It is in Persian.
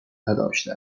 نداشته